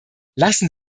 lassen